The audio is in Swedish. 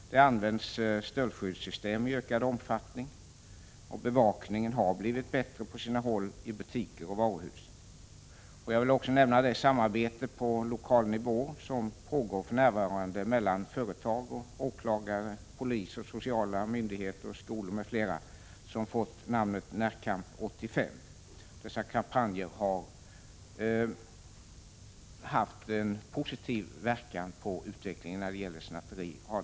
Det används stöldskyddssystem i ökad omfattning. Bevakningen har blivit bättre på sina håll i butiker och varuhus. Jag vill också nämna det samarbete på lokal nivå som för närvarande pågår mellan företag, åklagare, polis, sociala myndigheter, skolor m.fl. och som fått namnet Närkamp 85. Dessa kampanjer har haft en positiv verkan på utvecklingen när det gäller att stävja snatteri.